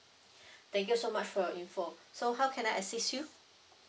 thank you so much for your info so how can I assist you